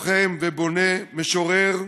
לוחם ובונה, משורר,